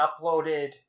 uploaded